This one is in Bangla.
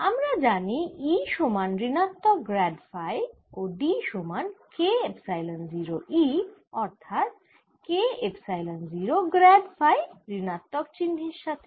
আমরা জানি E সমান ঋণাত্মক গ্র্যাড ফাই ও D সমান K এপসাইলন 0 E অর্থাৎ K এপসাইলন 0 গ্র্যাড ফাই ঋণাত্মক চিহ্নের সাথে